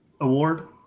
award